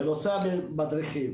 בנוסף, מדריכים